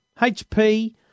HP